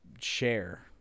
share